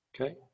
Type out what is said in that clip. Okay